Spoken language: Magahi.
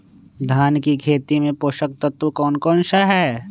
धान की खेती में पोषक तत्व कौन कौन सा है?